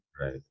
right